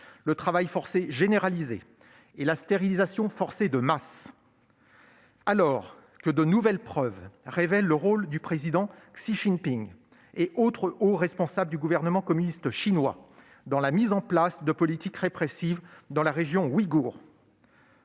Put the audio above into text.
le travail forcé généralisé et la stérilisation forcée de masse ; alors que de nouvelles preuves révèlent le rôle du président Xi Jinping et d'autres hauts responsables du gouvernement communiste chinois dans la mise en place de politiques répressives dans la région ouïghoure,